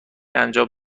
انجام